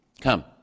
come